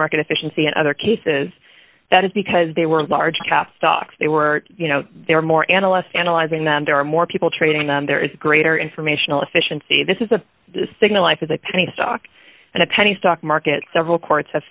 market efficiency in other cases that is because they were large cap stocks they were you know they are more analysts analyzing them there are more people trading them there is greater informational efficiency this is a signal life is a penny stock and a penny stock market several courts have